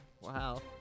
Wow